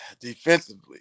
defensively